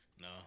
No